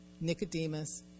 nicodemus